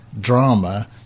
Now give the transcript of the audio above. drama